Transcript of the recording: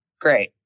great